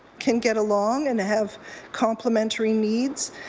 can get along and have complimentary needs.